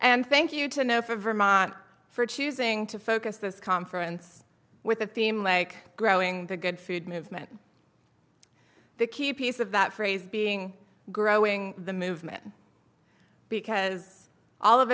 and thank you to know for vermont for choosing to focus this conference with a theme like growing the good food movement the key piece of that phrase being growing the movement because all of